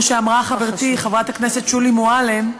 כמו שאמרה חברתי חברת הכנסת שולי מועלם,